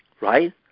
right